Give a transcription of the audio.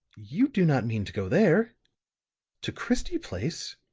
you do not mean to go there to christie place,